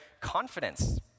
confidence